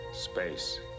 space